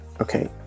Okay